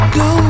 go